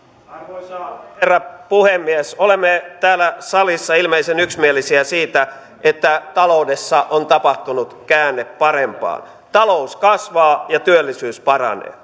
arvoisa herra puhemies olemme täällä salissa ilmeisen yksimielisiä siitä että taloudessa on tapahtunut käänne parempaan talous kasvaa ja työllisyys paranee